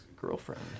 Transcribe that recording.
girlfriend